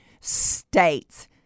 states